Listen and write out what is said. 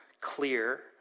clear